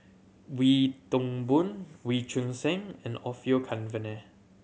Wee Toon Boon Wee Choon Seng and Orfeur Cavenagh